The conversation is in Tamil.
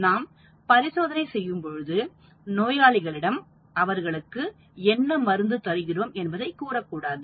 நாம் பரிசோதனை செய்யும் பொழுது நோயாளிகளிடம் அவர்களுக்கு என்ன மருந்து தருகிறோம் என்பதை கூறக்கூடாது